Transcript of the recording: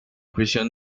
prisión